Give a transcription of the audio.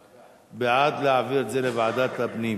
בעד, להעביר את זה לוועדת הפנים